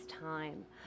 time